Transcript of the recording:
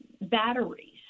batteries